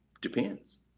Depends